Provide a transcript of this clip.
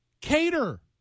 Cater